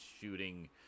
shooting